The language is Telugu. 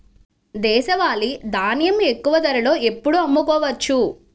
దేశవాలి ధాన్యం ఎక్కువ ధరలో ఎప్పుడు అమ్ముకోవచ్చు?